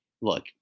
look